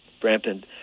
Brampton